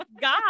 God